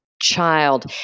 child